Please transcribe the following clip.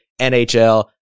NHL